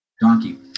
Donkey